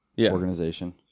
organization